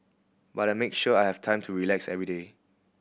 but I make sure I have time to relax every day